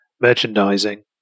merchandising